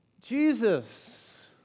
Jesus